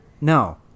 No